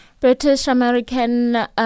British-American